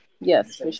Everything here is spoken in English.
yes